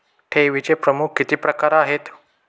ठेवीचे प्रमुख किती प्रकार आहेत?